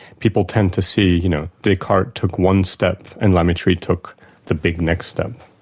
people tend to see you know descartes took one step and la mettrie took the big next step.